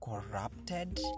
corrupted